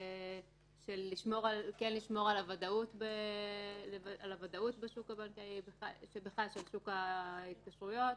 כן לשמור על הוודאות בשוק הבנקאי ובכלל של שוק ההתקשרויות,